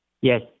Yes